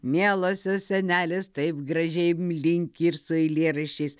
mielosios senelės taip gražiai m linki ir su eilėraščiais